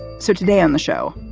so today on the show,